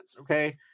okay